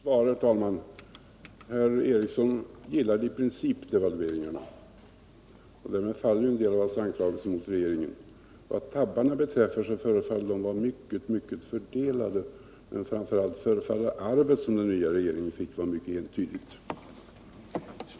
Herr talman! Jag fick ett svar. Herr Sture Ericson gillar i princip devalveringarna. Därmed faller en del av hans anklagelser mot regeringen. Vad tabbarna beträffar förefaller de vara mycket fördelade, men framför allt tycks arvet som den nya regeringen fick vara mycket entydigt.